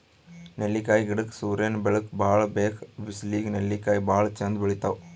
ನೆಲ್ಲಿಕಾಯಿ ಗಿಡಕ್ಕ್ ಸೂರ್ಯನ್ ಬೆಳಕ್ ಭಾಳ್ ಬೇಕ್ ಬಿಸ್ಲಿಗ್ ನೆಲ್ಲಿಕಾಯಿ ಭಾಳ್ ಚಂದ್ ಬೆಳಿತಾವ್